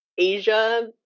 Asia